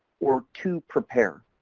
or to prepare.